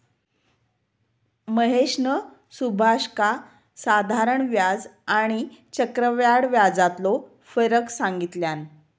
महेशने सुभाषका साधारण व्याज आणि आणि चक्रव्याढ व्याजातलो फरक सांगितल्यान